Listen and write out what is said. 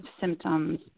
symptoms